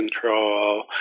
control